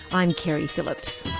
i'm keri phillips.